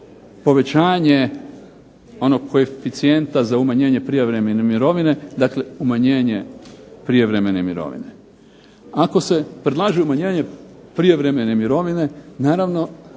povećanje onog koeficijenta za umanjenje prijevremene mirovine, dakle umanjenje prijevremene mirovine. Ako se predlaže umanjenje prijevremene mirovine naravno